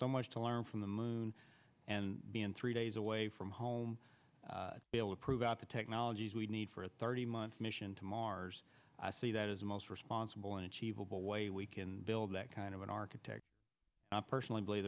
so much to learn from the moon and be in three days away from home be able to prove out the technologies we need for a thirty month mission to mars i see that as a most responsible and achievable way we can build that kind of an architect i personally believe